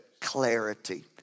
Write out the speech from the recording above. clarity